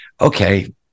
okay